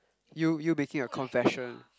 you you making a confession